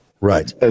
Right